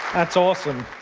that's awesome.